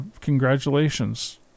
congratulations